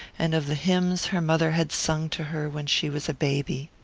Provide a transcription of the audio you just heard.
and of the hymns her mother had sung to her when she was a baby.